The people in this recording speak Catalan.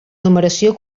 numeració